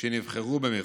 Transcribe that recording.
שנבחרו במכרז.